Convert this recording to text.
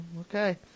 okay